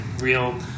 real